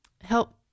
help